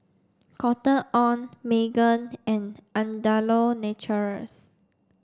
Cotton On Megan and Andalou Naturals